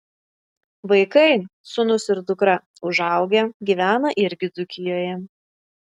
vaikai sūnus ir dukra užaugę gyvena irgi dzūkijoje